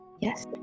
Yes